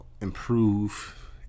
improve